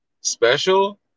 special